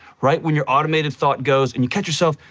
right when your automated thought goes, and you catch yourself,